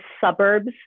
suburbs